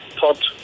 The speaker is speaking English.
thought